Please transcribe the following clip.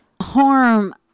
harm